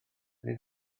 nid